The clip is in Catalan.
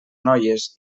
noies